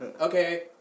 Okay